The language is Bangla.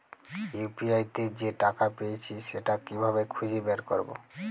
ইউ.পি.আই তে যে টাকা পেয়েছি সেটা কিভাবে খুঁজে বের করবো?